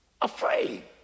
Afraid